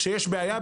כשיש בעיה,